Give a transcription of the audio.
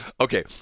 okay